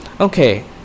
Okay